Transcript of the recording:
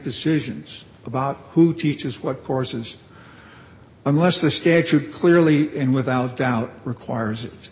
decisions about who teaches what courses unless the statute clearly and without doubt requires